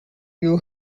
you